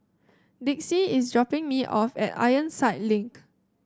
Dixie is dropping me off at Ironside Link